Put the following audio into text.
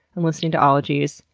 and listening to ologies.